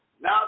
Now